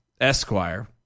Esquire